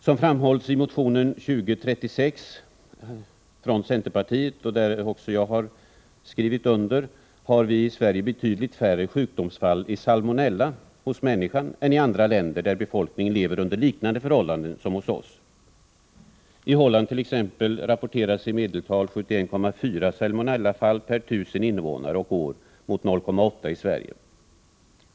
Som framhålls i motion 2036 från centerpartiet, som även jag har skrivit under, har vi i Sverige betydligt färre sjukdomsfall i salmonella hos människa än i andra länder där befolkningen lever under liknande förhållanden som hos oss. I Holland rapporteras t.ex. i medeltal 71,4 salmonellafall per 1 000 invånare och år mot 0,8 i Sverige.